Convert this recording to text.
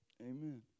amen